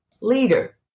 leader